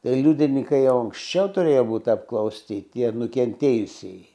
tai liudininkai jau anksčiau turėjo būt apklausti tie nukentėjusieji